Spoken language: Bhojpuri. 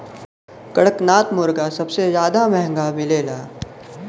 कड़कनाथ मुरगा सबसे जादा महंगा मिलला